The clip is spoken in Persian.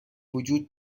وجود